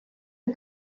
the